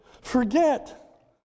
forget